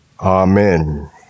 Amen